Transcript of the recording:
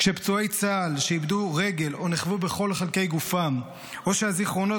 כשפצועי צה"ל שאיבדו רגל או נכוו בכל חלקי גופם או שהזיכרונות